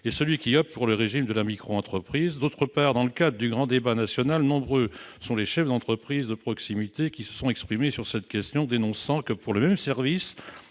et celui qui opte pour le régime de la micro-entreprise. Par ailleurs, dans le cadre du grand débat national, nombre de chefs d'entreprise de proximité se sont exprimés sur cette question, dénonçant le fait que,